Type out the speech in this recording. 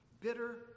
bitter